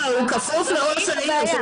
הוא כפוף ליועץ המשפטי לממשלה.